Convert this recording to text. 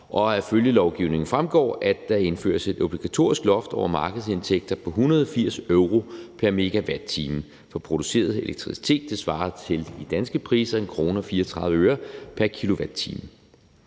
Af følgelovgivningen fremgår det, at der indføres et obligatorisk loft over markedsindtægter på 180 euro pr. megawatt-time for produceret elektricitet, og det svarer i danske priser til 1,34 kr. pr. kilowatt-time.